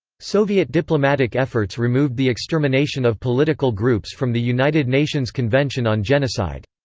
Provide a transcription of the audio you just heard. soviet diplomatic efforts removed the extermination of political groups from the united nations convention on genocide.